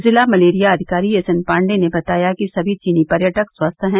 जिला मलेरिया अधिकारी एसएन पाण्डेय ने बताया कि सभी चीनी पर्यटक स्वस्थ हैं